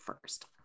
first